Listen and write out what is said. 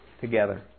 together